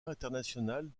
internationale